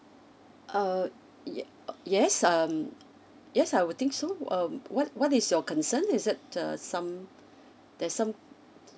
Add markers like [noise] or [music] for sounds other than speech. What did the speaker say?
uh ye~ [noise] yes um yes I would think so um what what is your concern is it uh some there's some